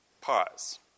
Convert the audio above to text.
Pause